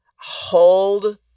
hold